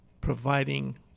providing